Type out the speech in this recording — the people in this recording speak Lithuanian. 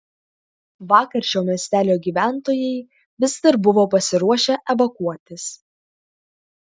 vakar šio miestelio gyventojai vis dar buvo pasiruošę evakuotis